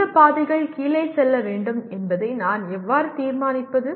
எந்த பாதைகள் கீழே செல்ல வேண்டும் என்பதை நான் எவ்வாறு தீர்மானிப்பது